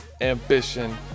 ambition